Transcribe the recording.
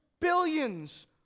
billions